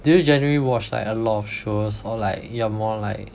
do you generally watch like a lot of shows or like you are more like